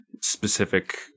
specific